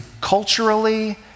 culturally